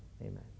amen